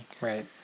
right